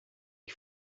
que